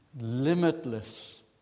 limitless